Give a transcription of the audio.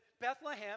Bethlehem